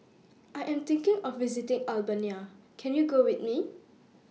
I Am thinking of visiting Albania Can YOU Go with Me